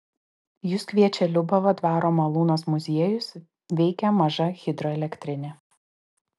jus kviečia liubavo dvaro malūnas muziejus veikia maža hidroelektrinė